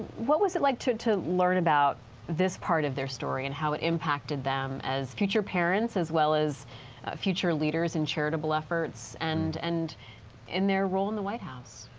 what was it like to to learn about this part of their story and how it impacted them as future parents as well as future leaders and charitable efforts and and their roll in the white house?